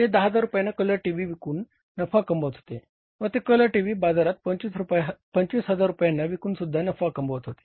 ते 10000 रुपयांना colour TV विकून नफा कमवत होते व ते कलर टीव्ही बाजारात 25000 रुपयांना विकूनसुद्धा नफा कमवत होते